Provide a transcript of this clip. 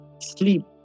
sleep